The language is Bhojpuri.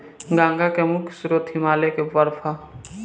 गंगा के मुख्य स्रोत हिमालय के बर्फ ह